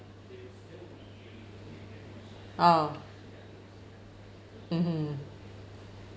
oh mmhmm